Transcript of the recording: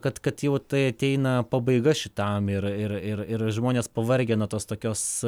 kad kad jau tai ateina pabaiga šitam ir ir ir ir žmonės pavargę nuo tos tokios